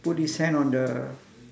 put his hand on the